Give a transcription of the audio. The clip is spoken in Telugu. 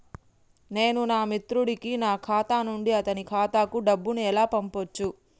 నేను నా మిత్రుడి కి నా ఖాతా నుండి అతని ఖాతా కు డబ్బు ను ఎలా పంపచ్చు?